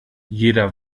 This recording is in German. jeder